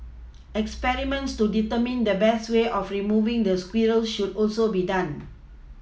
experiments to determine the best way of removing the squirrels should also be done